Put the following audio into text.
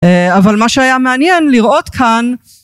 אבל מה שהיה מעניין לראות כאן